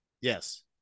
Yes